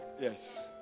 Yes